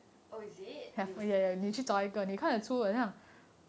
oh is it you okay